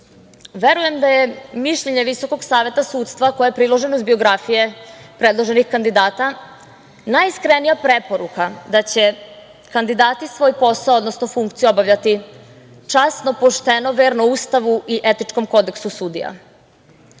verujem da je mišljenje Visokog saveta sudstva koje je priloženo uz biografije predloženih kandidata najiskrenija preporuka da će kandidati svoj posao, odnosno funkciju obavljati časno, pošteno, verno Ustavu i etičkom kodeksu sudija. Zato